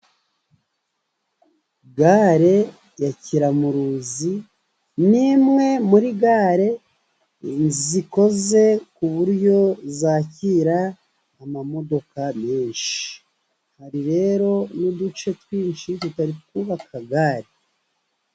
Gare ya Kiramuruzi, ni imwe muri gare zikoze ku buryo zakira imodoka nyinshi. Hari rero n'uduce twinshi tutari twubaka gare.